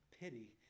pity